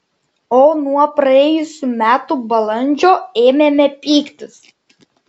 o nuo praėjusių metų balandžio ėmėme pyktis